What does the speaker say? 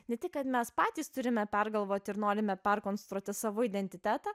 ne tik kad mes patys turime pergalvoti ir norime perkonstruoti savo identitetą